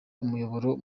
umuyoboro